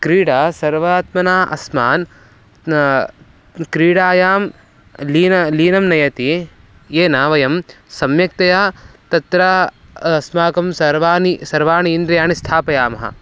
क्रीडा सर्वात्मना अस्मान् क्रीडायां लीनः लीनं नयति येन वयं सम्यक्तया तत्र अस्माकं सर्वाणि सर्वाणि इन्द्रयाणि स्थापयामः